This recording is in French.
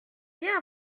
bien